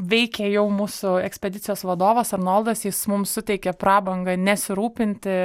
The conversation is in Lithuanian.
veikė jau mūsų ekspedicijos vadovas arnoldas jis mums suteikė prabangą nesirūpinti